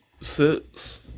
Six